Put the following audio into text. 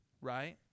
right